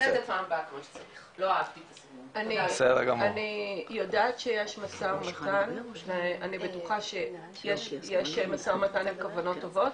אני יודעת שיש משא ומתן, ויש כוונות טובות.